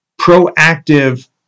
proactive